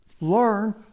Learn